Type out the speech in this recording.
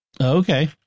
Okay